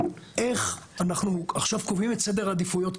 איך אנחנו עכשיו קובעים את סדר העדיפויות,